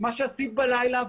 מה שעשית בלילה,